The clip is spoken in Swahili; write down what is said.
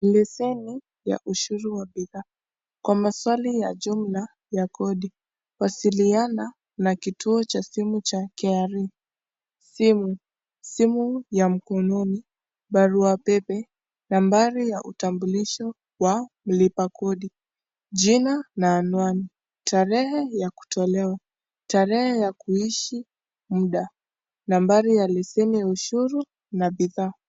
Leseni ya ushuru wa bidhaa. Kwa maswali ya jumla, ya kodi kuwasiliana na kituo cha simu cha KRA, simu ya mkononi, baruapepe, nambari ya utambulisho ya mlipa kodi, jina na anwani, tarehe ya kutolewa, tarehe ya kuishi muda, nambari ya leseni ya ushuru na bidhaa.